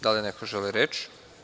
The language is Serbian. Da li neko želi reč?